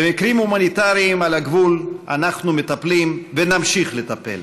במקרים הומניטריים על הגבול אנחנו מטפלים ונמשיך לטפל,